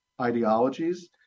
ideologies